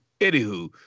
Anywho